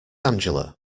angela